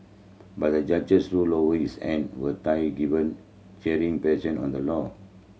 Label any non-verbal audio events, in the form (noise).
but the judges ruled (unintelligible) his hand were tied given (unintelligible) on the law